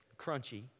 crunchy